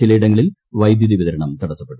ചിലയിടങ്ങളിൽ വൈദ്യുതി വിതരണം തടസ്സപ്പെട്ടു